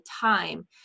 time